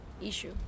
issue